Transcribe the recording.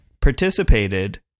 participated